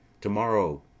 to-morrow